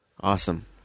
Awesome